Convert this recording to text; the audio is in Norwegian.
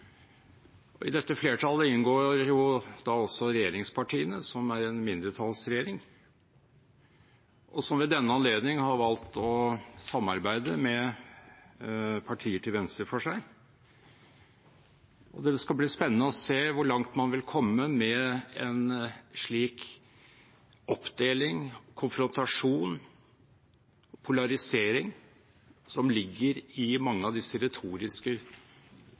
I dette flertallet inngår jo regjeringspartiene, som er i en mindretallsregjering, og som ved denne anledningen har valgt å samarbeide med partier til venstre for seg. Det skal bli spennende å se hvor langt man vil komme med en slik oppdeling, konfrontasjon og polarisering som ligger i mange av disse retoriske